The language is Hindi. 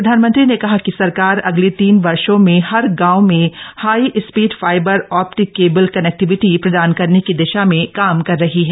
प्रधानमंत्री ने कहा कि सरकार अगले तीन वर्षो में हर गांव में high speed fibre optic cable connectivity प्रदान करने की दिशा में काम कर रही है